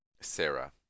Sarah